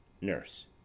Nurse